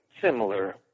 similar